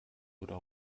oder